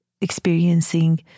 experiencing